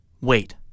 Wait